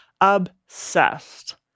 Obsessed